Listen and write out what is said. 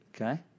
Okay